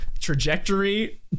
trajectory